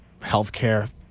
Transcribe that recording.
healthcare